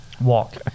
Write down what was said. walk